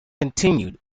continued